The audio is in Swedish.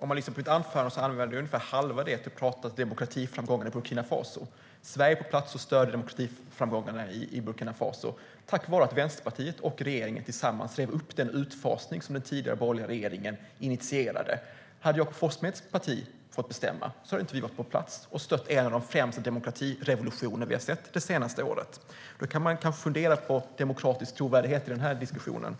som lyssnade på mitt anförande hörde att jag använde ungefär halva tiden till att tala om demokratiframgångarna i Burkina Faso. Sverige är på plats och stöder demokratiframgångarna i Burkina Faso tack vare att Vänsterpartiet och regeringen tillsammans rev upp den utfasning som den tidigare borgerliga regeringen initierade. Hade Jakob Forssmeds parti fått bestämma hade vi inte varit på plats och stött en av de främsta demokratirevolutioner vi har sett det senaste året. Man kan alltså kanske fundera på demokratisk trovärdighet i den här diskussionen.